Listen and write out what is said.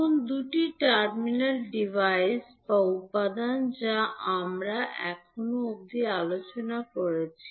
এখন দুটি terminal device বা উপাদান যা আমরা এখনও অবধি আলোচনা করেছি